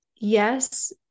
yes